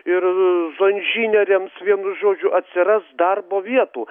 ir zoinžinieriams vienu žodžiu atsiras darbo vietų